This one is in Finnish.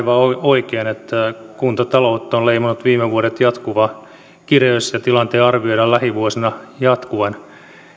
oikein että kuntataloutta on leimannut viime vuodet jatkuva kireys ja tilanteen arvioidaan lähivuosina jatkuvan